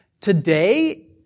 today